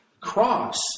Cross